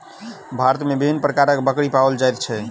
भारत मे विभिन्न प्रकारक बकरी पाओल जाइत छै